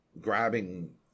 grabbing